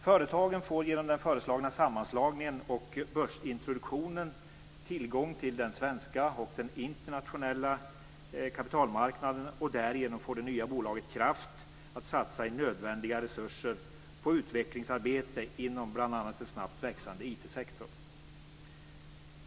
Företagen får genom den föreslagna sammanslagningen och börsintroduktionen tillgång till den svenska och den internationella kapitalmarknaden och därigenom får det nya bolaget kraft att satsa i nödvändiga resurser på utvecklingsarbete inom bl.a. den snabbt växande IT sektorn.